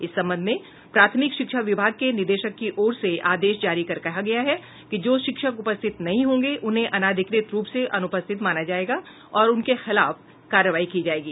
इस संबंध में प्राथमिक शिक्षा विभाग के निदेशक की ओर से आदेश जारी कर कहा गया है कि जो शिक्षक उपस्थित नहीं होंगे उन्हें अनाधिकृत रूप से अनुपस्थित माना जायेगा और उनके खिलाफ कार्रवाई की जायेगी